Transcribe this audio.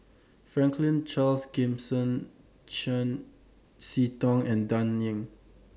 Franklin Charles Gimson Chiam See Tong and Dan Ying